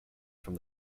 from